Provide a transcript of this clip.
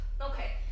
Okay